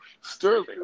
Sterling